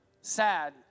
sad